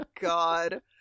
God